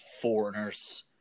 foreigners